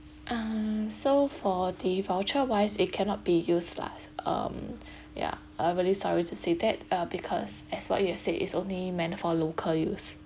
uh so for the voucher wise it cannot be used lah um ya uh really sorry to say that uh because as what you have said is only meant for local use